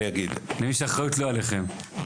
אם יש אחריות היא לא עליכם?